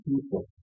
people